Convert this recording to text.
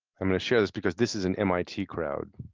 i'm going to share this because this is an mit crowd.